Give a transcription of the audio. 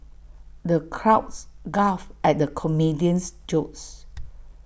the crowds guffawed at the comedian's jokes